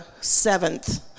seventh